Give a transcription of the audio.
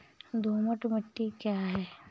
दोमट मिट्टी क्या है?